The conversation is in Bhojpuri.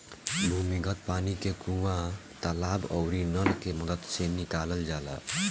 भूमिगत पानी के कुआं, तालाब आउरी नल के मदद से निकालल जाला